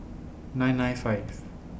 nine nine five